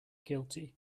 guilty